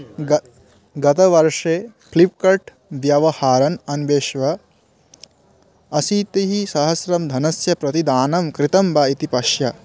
ग गतवर्षे फ्लिप्कर्ट् व्यवहारान् अन्विष्य अशीतिसहस्रं धनस्य प्रतिदानं कृतं वा इति पश्य